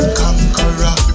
conqueror